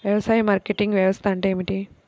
వ్యవసాయ మార్కెటింగ్ వ్యవస్థ అంటే ఏమిటి?